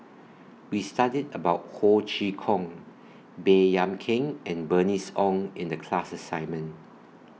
We studied about Ho Chee Kong Baey Yam Keng and Bernice Ong in The class assignment